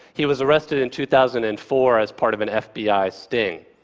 he was arrested in two thousand and four as part of an fbi sting.